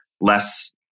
less